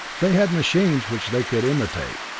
they had machines which they could imitate,